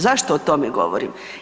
Zašto o tome govorim?